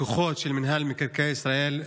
כוחות של מינהל מקרקעי ישראל,